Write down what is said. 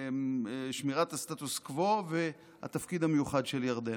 שמירת הסטטוס קוו והתפקיד המיוחד של ירדן.